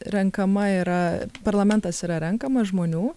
renkama yra parlamentas yra renkamas žmonių